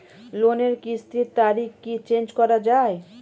লোনের কিস্তির তারিখ কি চেঞ্জ করা যায়?